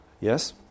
Yes